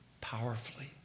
powerfully